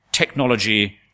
technology